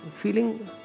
feeling